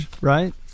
right